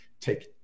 take